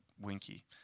Winky